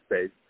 space